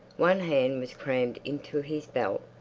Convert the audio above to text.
one hand was crammed into his belt,